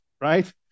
right